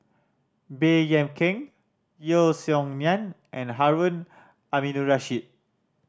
Baey Yam Keng Yeo Song Nian and Harun Aminurrashid